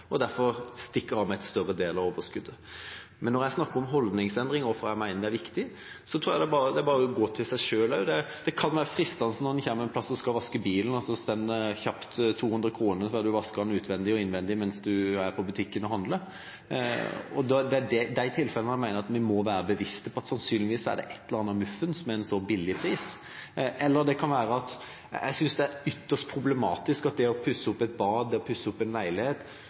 og de stikker av med en større del av overskuddet. Men når jeg snakker om holdningsendring, og hvorfor jeg mener det er viktig, tror jeg det bare er å gå i seg selv. Det kan være fristende når man kommer til et sted og skal vaske bilen, for 200 kr kjapt å få vasket den innvendig og utvendig mens man er på butikken og handler. Det er disse tilfellene jeg mener vi må være bevisste på. Sannsynligvis er det et eller annet muffens med en så lav pris. Jeg synes det er ytterst problematisk at når man skal pusse opp et bad eller en leilighet, er det nesten vanskelig å finne en